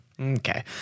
Okay